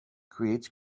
creates